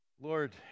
Lord